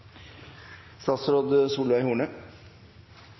statsråd Horne: